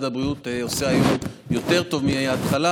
הבריאות עושה היום יותר טוב מההתחלה,